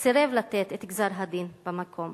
סירב לתת את גזר-הדין במקום.